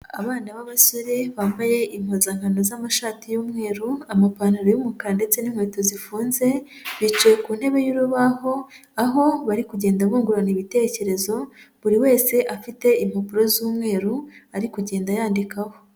Abana b'abasore bambaye impuzankano z'amashati y'umweru amapantaro y'umukara ndetse n'inkweto zifunze, bicaye ku ntebe y'urubaho aho bari kugenda bungurana ibitekerezo buri wese afite impapuro z'umweru ari kugenda yandikaho.